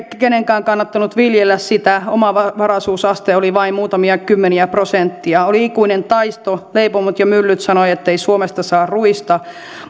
kenenkään kannattanut viljellä sitä omavaraisuusaste oli vain muutamia kymmeniä prosentteja oli ikuinen taisto leipomot ja myllyt sanoivat ettei suomesta saa ruista